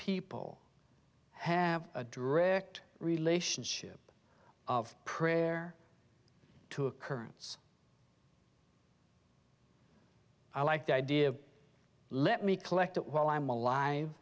people have a direct relationship of prayer to occurrence i like the idea of let me collector while i'm alive